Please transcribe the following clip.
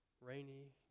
rainy